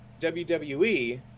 WWE